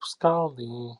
skalný